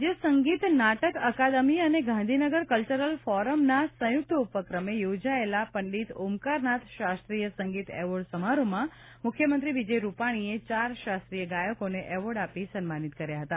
રાજ્ય સંગીત નાટક અકાદમી અને ગાંધીનગર કલ્ચરલ ફોરમના સંયુક્ત ઉપક્રમે યોજાયેલા પંડિત ઓમકારનાથ શાસ્ત્રીય સંગીત એવોર્ડ સમારોહમાં મુખ્યમંત્રી વિજય રૂપાણીએ ચાર શાસ્ત્રીય ગાયકોને એવોર્ડ આપી સન્માનિત કર્યા હતા